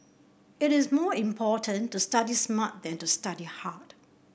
it is more important to study smart than to study hard